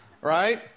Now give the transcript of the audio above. Right